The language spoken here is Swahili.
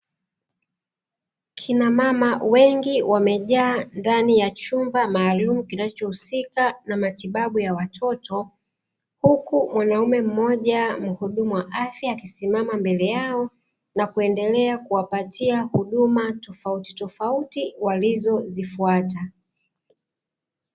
Kinamama wengi wamejaa ndani ya chumba maalumu, kinachohusika na matibabu ya watoto, huku mwanaume mmoja mhudumu wa afya akisimama mbele yao na kuendelea kuwapatia huduma tofautitofauti walizozifuata .